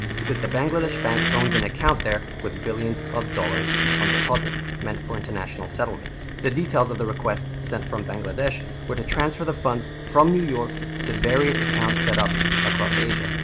because the bangladesh bank owns an account there with billions of dollars on deposit meant for international settlements. the details of the requests sent from bangladesh were to transfer the funds from new york to various accounts set up across asia.